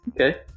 Okay